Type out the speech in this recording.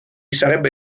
sarebbe